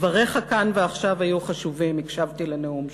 דבריך כאן ועכשיו היו חשובים, הקשבתי לנאום שלך,